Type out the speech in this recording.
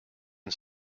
and